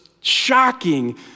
shocking